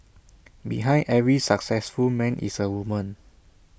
behind every successful man is A woman